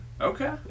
Okay